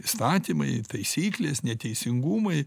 įstatymai taisyklės neteisingumai